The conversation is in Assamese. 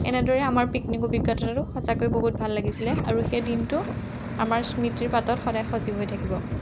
এনেদৰে আমাৰ পিকনিক অভিজ্ঞতাটো সঁচাকৈ বহুত ভাল লাগিছিলে আৰু সেই দিনটো আমাৰ স্মৃতিৰ পাতত সদায় সজীৱ হৈ থাকিব